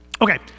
Okay